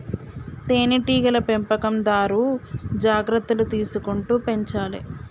తేనె టీగల పెంపకందారు జాగ్రత్తలు తీసుకుంటూ పెంచాలే